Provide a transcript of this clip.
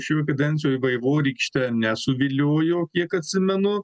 šioj kadencijoj vaivorykšte nesuviliojo kiek atsimenu